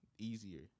Easier